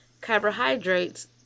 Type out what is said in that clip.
carbohydrates